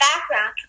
background